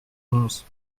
onze